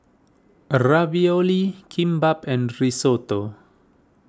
Ravioli Kimbap and Risotto